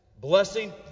Blessing